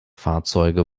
fahrzeuge